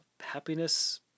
Happiness